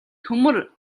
төмөр